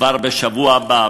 כבר בשבוע הבא,